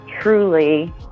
truly